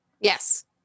yes